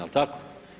Jel' tako?